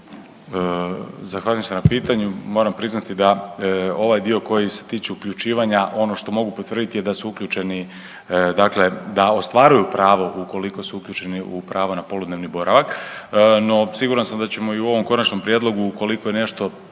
Zahvaljujem se na pitanju. Moram priznati da ovaj dio koji se tiče uključivanja ono što mogu potvrditi je da su uključeni, da ostvaruju pravo ukoliko su uključeni na pravo na poludnevni boravak. No, siguran sam da ćemo i u ovom konačnom prijedlogu ukoliko je nešto